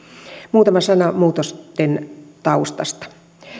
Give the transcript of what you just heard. muutama sana muutosten taustasta